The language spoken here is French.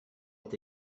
est